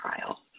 trial